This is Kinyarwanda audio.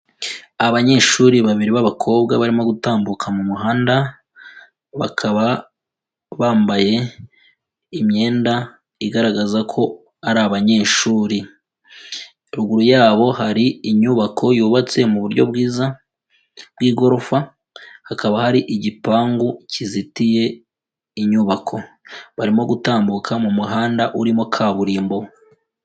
Abanyeshuri babiri b'abakobwa barimo gutambuka mu muhanda, bakaba bambaye imyenda igaragaza ko ari abanyeshuri, ruguru yabo hari inyubako yubatse mu buryo bwiza bw'igorofa, hakaba hari igipangu kizitiye inyubako, barimo gutambuka mu muhanda urimo kaburimbo.